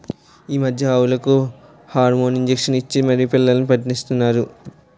ఈ మధ్య ఆవులకు హార్మోన్ ఇంజషన్ ఇచ్చి మరీ పిల్లల్ని పుట్టీస్తన్నారట